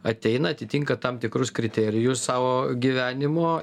ateina atitinka tam tikrus kriterijus savo gyvenimo